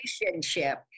relationship